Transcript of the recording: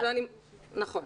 נכון.